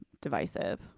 divisive